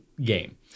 game